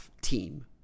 team